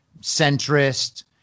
centrist